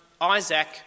Isaac